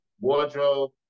wardrobe